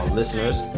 listeners